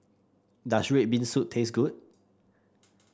does red bean soup taste good